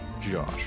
Josh